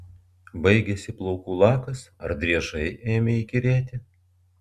baigėsi plaukų lakas ar driežai ėmė įkyrėti